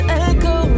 echo